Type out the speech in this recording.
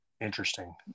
interesting